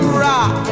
rock